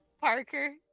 Parker